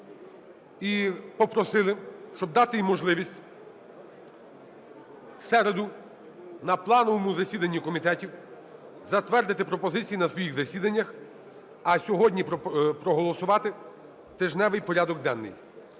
І попросили, щоб дати їм можливість в середу на плановому засіданні комітетів затвердити пропозиції на своїх засіданнях, а сьогодні проголосувати тижневий порядок денний.